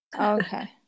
Okay